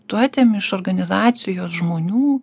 tu atimi iš organizacijos žmonių